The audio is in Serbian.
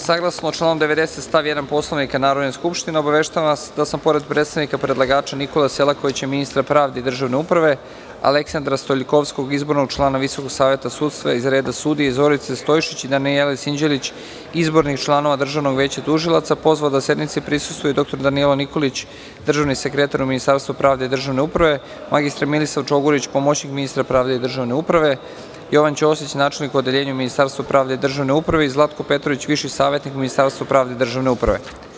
Saglasno članu 90. stav 1. Poslovnika Narodne skupštine, obaveštavam vas da sam, pored predstavnika predlagača Nikole Selakovića, ministra pravde i državne uprave, Aleksandra Stoiljkovskog, izbornog člana Visokog saveta sudstva iz reda sudija i Zorice Stojšić i Danijele Sinđelić, izbornih članova Državnog većatužilaca, pozvao da sednici prisustvuju i dr Danijela Nikolić, državni sekretar u Ministarstvu pravde i državne uprave, mr Milisav Čogurić, pomoćnik ministra pravde i državne uprave, Jovan Ćosić, načelnik u Odeljenju Ministarstva pravde i državne uprave i Zlatko Petrović, viši savetnik u Ministarstvu pravde i državne uprave.